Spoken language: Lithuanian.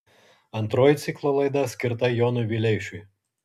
antroji ciklo laida skirta jonui vileišiui